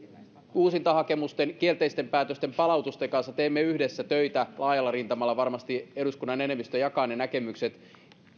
uusintahakemusten kielteisten päätösten palautusten kanssa teemme yhdessä töitä laajalla rintamalla varmasti eduskunnan enemmistö jakaa ne näkemykset